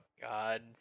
God